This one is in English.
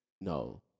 No